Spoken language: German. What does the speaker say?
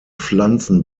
pflanzen